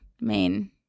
main